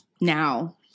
Now